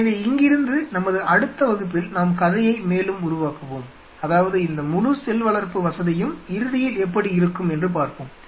எனவே இங்கிருந்து நமது அடுத்த வகுப்பில் நாம் கதையை மேலும் உருவாக்குவோம் அதாவது இந்த முழு செல் வளர்ப்பு வசதியும் இறுதியில் எப்படி இருக்கும் என்று பார்ப்போம்